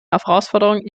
herausforderung